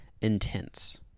intense